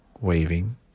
waving